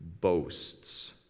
boasts